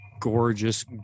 Gorgeous